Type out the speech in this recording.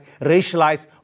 racialized